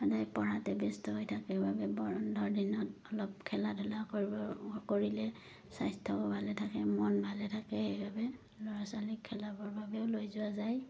সদায় পঢ়াতে ব্যস্ত হৈ থাকে বাবে বন্ধৰ দিনত অলপ খেলা ধূলা কৰিব কৰিলে স্বাস্থ্যও ভালে থাকে মন ভালে থাকে সেইবাবে ল'ৰা ছোৱালীক খেলাবৰ বাবেও লৈ যোৱা যায়